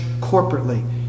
corporately